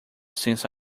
since